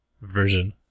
version